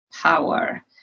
Power